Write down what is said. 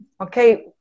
okay